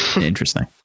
Interesting